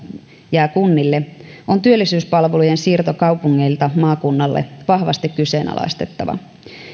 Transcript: jää kunnille on työllisyyspalvelujen siirto kaupungeilta maakunnalle vahvasti kyseenalaistettava